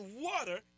water